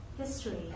History